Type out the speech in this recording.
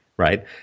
Right